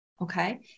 okay